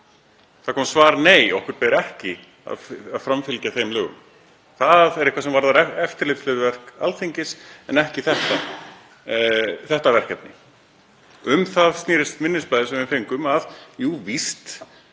Það kom svar: Nei, okkur ber ekki að framfylgja þeim lögum. Það er eitthvað sem varðar eftirlitshlutverk Alþingis en ekki þetta verkefni. Um það snerist minnisblaðið sem við fengum, að jú víst,